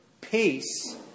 peace